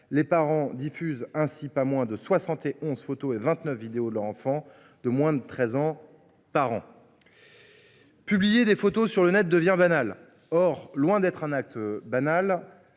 les parents ne diffusent en moyenne pas moins de 71 photos et 29 vidéos de leur enfant de moins de 13 ans. Publier des photos sur le Net devient banal. Or, loin d’être ordinaire,